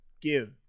give